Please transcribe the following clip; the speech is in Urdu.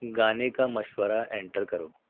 گانے کا مشورہ انٹر کرو